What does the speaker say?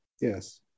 yes